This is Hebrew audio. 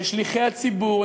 כשליחי הציבור,